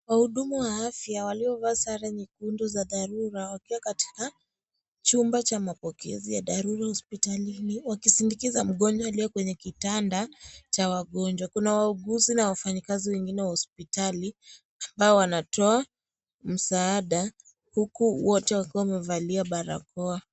Wahudumu wa afya, waliovaa sare nyekundu za dharura, wakiwa katika chumba cha mapokezi ya dharura hospitalini. Wakisindikiza mgonjwa aliye kwenye kitanda cha wagonjwa. Kuna wauguzi na wafanyakazi wengine wa hospitali, ambao wanatoa msaada, huku wote wakiwa wamevalia barakoa.